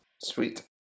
Sweet